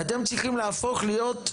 ואתם צריכים להפוך להיות,